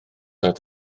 oedd